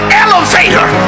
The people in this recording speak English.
elevator